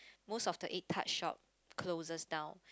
most of the egg tart shop closes down